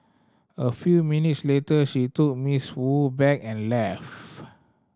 a few minutes later she took Miss Wu bag and left